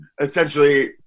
essentially –